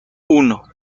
uno